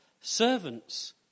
Servants